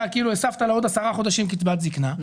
כאילו הוספת לה עוד עשרה חודשים קצבת זקנה,